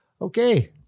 okay